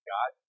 God